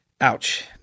Ouch